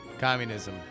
communism